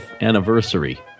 anniversary